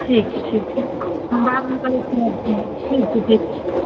ठीक छै ठीक छै हम बादमे करैत छी अहाँके फोन ठीक छै ठीक छै